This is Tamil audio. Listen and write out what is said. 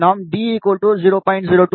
நாம் d 0